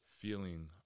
feeling